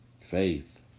faith